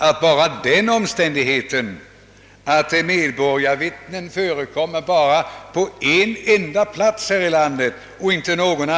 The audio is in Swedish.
Enbart den omständigheten att systemet med medborgarvittnen bara förekommer på en enda plats är enligt min mening